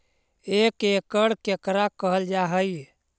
एक एकड़ केकरा कहल जा हइ?